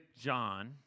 John